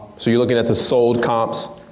so you're looking at the sold comps?